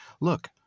Look